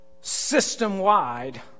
system-wide